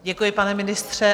Děkuji, pane ministře.